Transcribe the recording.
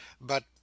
but—